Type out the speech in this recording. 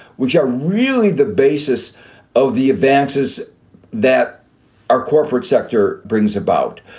which are really the basis of the advances that our corporate sector brings about.